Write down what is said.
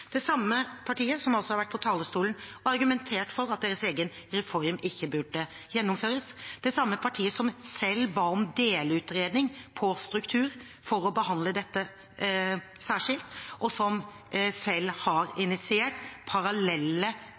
det samme partiet som har vært på talerstolen og argumentert for at deres egen reform ikke burde gjennomføres, det samme partiet som selv ba om delutredning av struktur for å behandle dette særskilt, og som selv har initiert parallelle